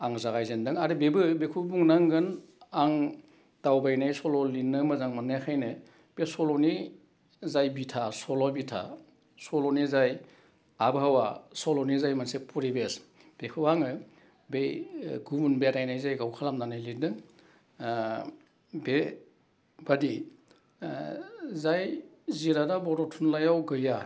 आं जागाय जेन्दों आरो बेबो बेखौ बुंनांगोन आं दावबायनाय सल' लिरनो मोजां मोन्नायखायनो बे सल'नि जाय बिथा सल' बिथा सल'नि जाय आबहावा सल'नि जाय मोनसे फरिबेस बेखौ आङो बै गुबुन बेरायनाय जायगाव खालामनानै लिरदों बे बादि जाय जिरादा बड' थुनलाइयाव गैया